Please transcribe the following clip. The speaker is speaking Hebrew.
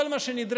כל מה שנדרש,